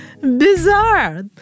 bizarre